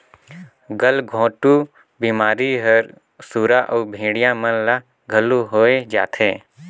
गलघोंटू बेमारी हर सुरा अउ भेड़िया मन ल घलो होय जाथे